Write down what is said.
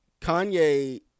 Kanye